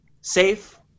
safe